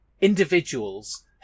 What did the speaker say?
individuals